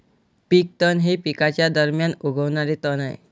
पीक तण हे पिकांच्या दरम्यान उगवणारे तण आहे